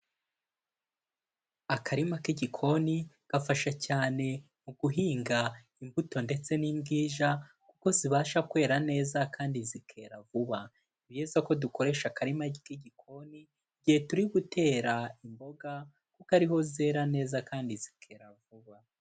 Akarima k'igikoni gafasha cyane mu guhinga imbuto ndetse n'imbwija kuko zibasha kwera neza kandi zikera vuba, ni byiza ko dukoresha akarima k'igikoni igihe turi gutera imboga kuko ariho zera neza kandi zikera vuba.